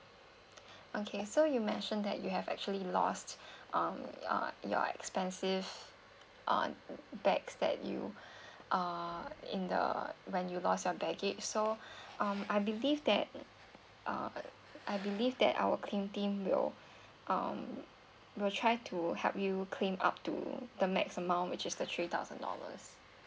okay so you mention that you have actually lost um uh your expensive uh bags that you uh in the when you loss your baggage so um I believe that uh I believe that our claim team will um will try to help you claim up to the max amount which is the three thousand dollars